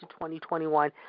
2021